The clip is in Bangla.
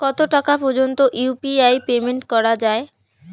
কত টাকা পর্যন্ত ইউ.পি.আই পেমেন্ট করা যায়?